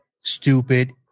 stupid